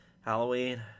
Halloween